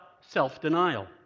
self-denial